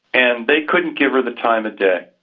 and they couldn't give her the time of day,